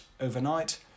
overnight